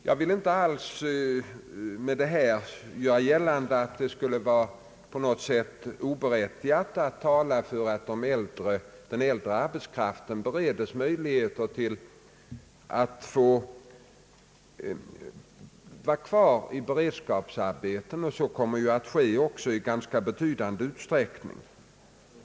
Jag vill inte alls med detta göra gällande att det på något sätt skulle vara oberättigat att tala för att möjligheter bereds den äldre arbetskraften att få stanna kvar i beredskapsarbeten — så kommer att ske också i ganska betydande utsträckning.